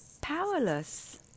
powerless